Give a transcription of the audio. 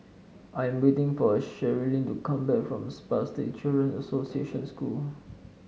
I am waiting for Cherilyn to come back from Spastic Children Association School